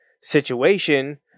situation